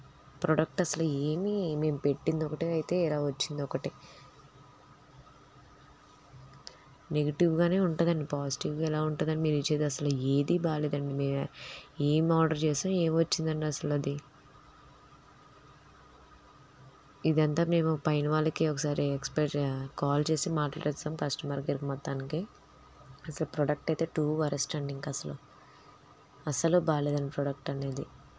product అసలు ఏమీ మేం పెట్టింది ఒకటే అయితే ఇలా వచ్చింది ఒకటి నెగటివ్గానే ఉంటాదండి పాజిటివ్గా ఎలా ఉంటుందండి మీరు ఇచ్చేది అసలు ఏది బాగాలేదండి మీవి ఏం ఆర్డర్ చేసినా ఏం వచ్చిందండి అసలు అది ఇదంతా మేము పైన వాళ్ళకి ఒకసారి ఎక్స్పైర్ చెయ్య కాల్ చేసి మాట్లాడుతాం కస్టమర్ కేర్ మొత్తానికి అసలు ప్రోడక్ట్ అయితే టూ వరస్ట్ అండి ఇంకా అసలు అసలు బాగాలేదండి ప్రోడక్ట్ అండి ఇది